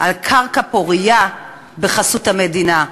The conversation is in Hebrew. על קרקע פורייה בחסות המדינה.